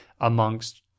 amongst